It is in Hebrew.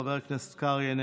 חבר הכנסת קרעי,